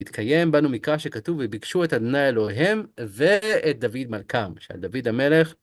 התקיים, באנו מקרא שכתוב, וביקשו את אדוני אלוהים ואת דוד מלכם, שעל דוד המלך.